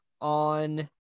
on